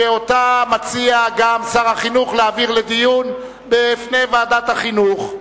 שאותה מציע גם שר החינוך להעביר לדיון בוועדת החינוך.